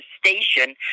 station